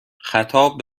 خطاب